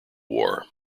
war